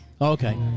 Okay